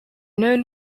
known